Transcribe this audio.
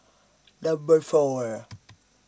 Number four